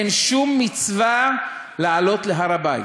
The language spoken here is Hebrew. אין שום מצווה לעלות להר-הבית,